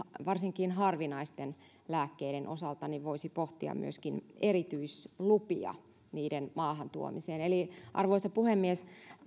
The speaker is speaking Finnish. varsinkin harvinaisten lääkkeiden osalta voisi pohtia myöskin erityislupia niiden maahantuomiseen eli arvoisa puhemies